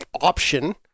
option